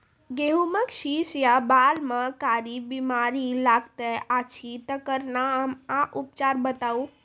गेहूँमक शीश या बाल म कारी बीमारी लागतै अछि तकर नाम आ उपचार बताउ?